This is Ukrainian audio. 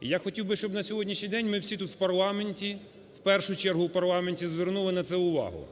Я хотів би, щоб на сьогоднішній день ми всі тут в парламенті, в першу чергу в парламенті, звернули на це увагу.